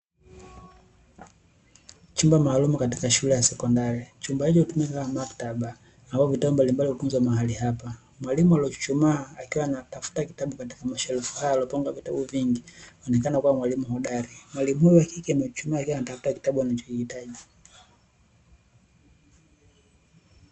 Chumba maalumu katika shule ya sekondari. Chumba hicho hutumika kama maktaba, ambapo vitabu mbalimbali hutunzwa mahali hapa. Mwalimu alochuchumaa akiwa anatafuta kitabu katika mashelfu haya yaliyopangwa vitabu vingi, anaonekana kuwa ni mwalimu hodari. Mwalimu huyo wa kike amechuchumaa akiwa anatafuta kitabu anachokitaka.